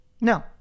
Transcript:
No